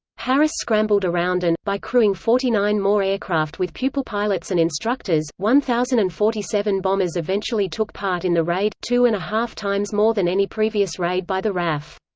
harris scrambled around and, by crewing forty nine more aircraft with pupil pilots and instructors, one thousand and forty seven bombers eventually took part in the raid, two and a half times more than any previous raid by the raf.